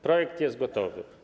Projekt jest gotowy.